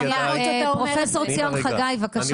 פרופ' ציון חגי, בבקשה.